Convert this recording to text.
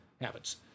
habits